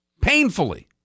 painfully